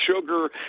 sugar